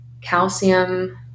calcium